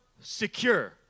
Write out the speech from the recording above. secure